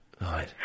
Right